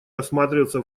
рассматриваться